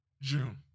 June